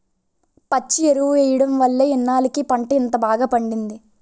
పచ్చి ఎరువు ఎయ్యడం వల్లే ఇన్నాల్లకి పంట ఇంత బాగా పండింది